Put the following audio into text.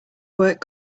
work